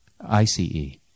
I-C-E